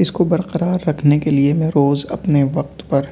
اس کو برقرار رکھنے کے لیے میں روز اپنے وقت پر